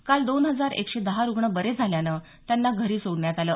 काल दोन हजार एकशे दहा रुग्ण बरे झाल्यानं त्यांना घरी सोडण्यात आलं